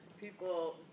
People